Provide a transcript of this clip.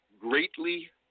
Greatly